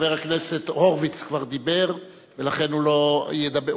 חבר הכנסת הורוביץ כבר דיבר ולכן הוא לא ידבר,